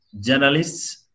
Journalists